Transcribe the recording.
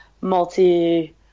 multi